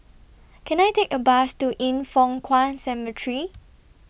Can I Take A Bus to Yin Foh Kuan Cemetery